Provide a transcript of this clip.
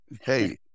hey